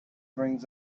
brings